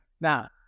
Now